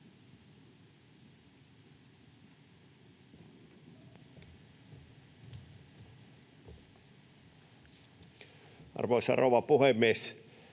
Arvoisa rouva puhemies!